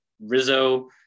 Rizzo